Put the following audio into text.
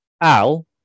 Al